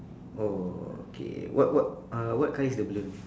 oh okay what what uh what colour is the balloon